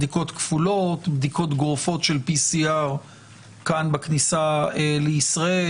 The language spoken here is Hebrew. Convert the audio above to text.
בדיקות גורפות של PCR בכניסה לישראל,